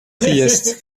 priest